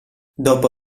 dopo